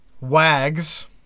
Wags